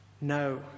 No